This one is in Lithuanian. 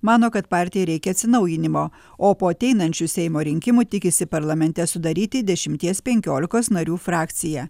mano kad partijai reikia atsinaujinimo o po ateinančių seimo rinkimų tikisi parlamente sudaryti dešimties penkiolikos narių frakciją